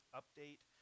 update